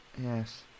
Yes